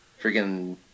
Freaking